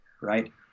Right